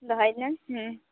ᱫᱚᱦᱚᱭ ᱤᱫᱟᱹᱧ